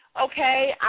okay